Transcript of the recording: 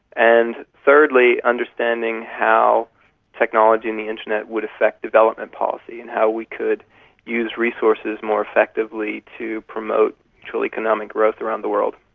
and thirdly, understanding how technology and the internet would affect development policy and how we could use resources more effectively to promote economic growth around the world.